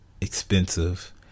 expensive